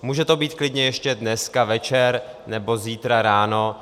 Může to být klidně ještě dneska večer nebo zítra ráno.